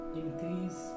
increase